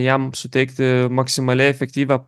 jam suteikti maksimaliai efektyvią